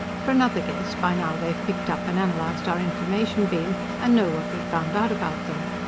for another guess, by now they've picked up and analyzed our information-beam and know what we've found out about them.